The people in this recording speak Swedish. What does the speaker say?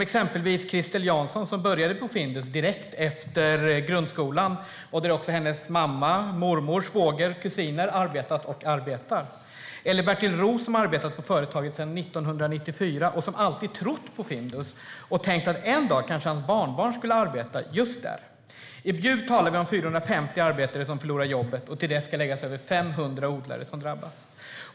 Exempelvis Christel Jansson började på Findus direkt efter grundskolan, och även hennes mamma, mormor, svåger och kusiner har arbetat och arbetar där. Vi har även Bertil Roos, som har arbetat på företaget sedan 1994. Han har alltid trott på Findus och tänkt att hans barnbarn kanske en dag skulle arbeta just där. I Bjuv talar vi om 450 arbetare som förlorar jobbet, och till det ska läggas över 500 odlare som drabbas.